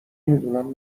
میدونم